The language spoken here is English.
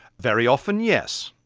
very often, yes.